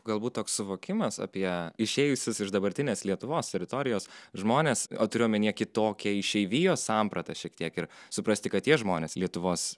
galbūt toks suvokimas apie išėjusius iš dabartinės lietuvos teritorijos žmones o turiu omenyje kitokią išeivijos sampratą šiek tiek ir suprasti kad tie žmonės lietuvos